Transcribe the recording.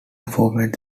formats